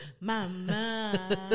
Mama